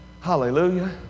hallelujah